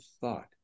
thought